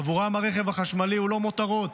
עבורם הרכב החשמלי הוא לא מותרות,